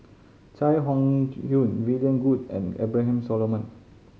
Chai Hon Yoong William Goode and Abraham Solomon